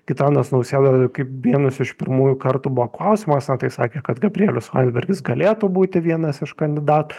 gitanas nausėda kaip vienas iš pirmųjų kartų buvo klausiamas na tai sakė kad gabrielius landsbergis galėtų būti vienas iš kandidatų